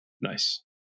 Nice